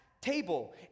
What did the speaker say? table